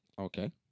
Okay